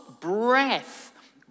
breath